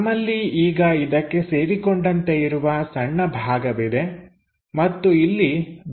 ನಮ್ಮಲ್ಲಿ ಈಗ ಇದಕ್ಕೆ ಸೇರಿಕೊಂಡಂತೆ ಇರುವ ಸಣ್ಣ ಭಾಗವಿದೆ ಮತ್ತು ಇಲ್ಲಿ ದ್ರವ್ಯವನ್ನು ತೆಗೆದುಹಾಕಲಾಗಿದೆ